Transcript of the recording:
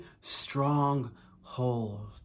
stronghold